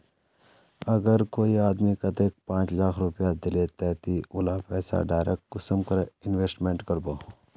अगर कोई आदमी कतेक पाँच लाख रुपया दिले ते ती उला पैसा डायरक कुंसम करे इन्वेस्टमेंट करबो?